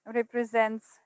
represents